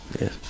Yes